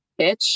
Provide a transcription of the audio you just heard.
bitch